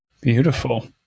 Beautiful